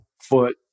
foot